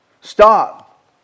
Stop